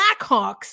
Blackhawks